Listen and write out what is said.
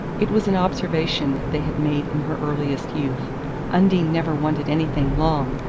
it was an observation they had made in her earliest youth undine never wanted anything long,